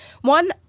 one